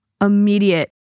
immediate